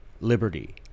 liberty